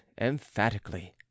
emphatically